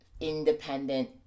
independent